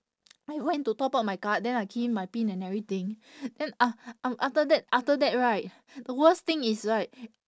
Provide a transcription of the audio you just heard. I went to top up my card then I key in my pin and everything then a~ um after that after that right the worst thing is right